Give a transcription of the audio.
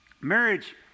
Marriage